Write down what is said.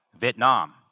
Vietnam